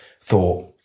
thought